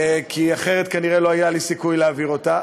כי אחרת, כנראה, לא היה לי סיכוי להעביר אותה.